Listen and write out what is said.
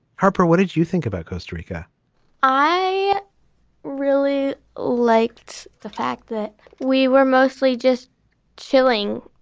harper what did you think about costa rica i really liked the fact that we were mostly just chilling.